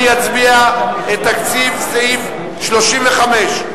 הצבעה על סעיף תקציבי 35,